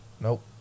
Nope